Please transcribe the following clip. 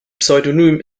pseudonym